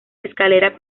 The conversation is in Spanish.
escalera